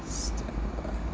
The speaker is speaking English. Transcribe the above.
standby